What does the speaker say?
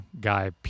guy